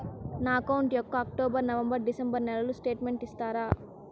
నా అకౌంట్ యొక్క October, November, December నెలల స్టేట్మెంట్ ఇస్తారా?